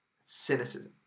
cynicism